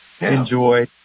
enjoy